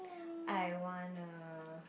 I wanna